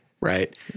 Right